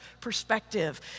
perspective